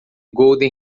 golden